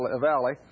Valley